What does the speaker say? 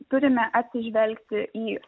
turime atsižvelgti į